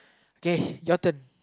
okay your turn